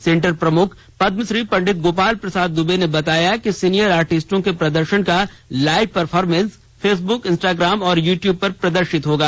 centre प्रमुख पदमश्री पंडित गोपाल प्रसाद दुबे ने बताया कि सीनियर आर्टिस्टों के प्रदर्शन का लाइव परफॉर्मेस फेसबुक इंस्टाग्राम और यूट्यूब पर प्रदर्शित होगा